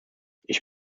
ich